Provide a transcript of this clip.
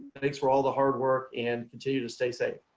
thanks for all the hard work and continue to stay safe.